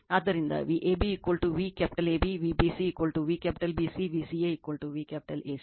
ಆದ್ದರಿಂದ Vab V capital AB Vbc V capital BC Vca V capital CA